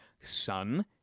sun